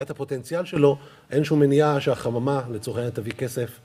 את הפוטנציאל שלו, אין שום מניעה שהחממה לצורך העניין תביא כסף.